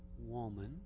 woman